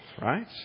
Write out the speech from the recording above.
right